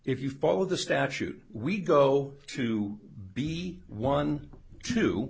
if you follow the statute we go to be one to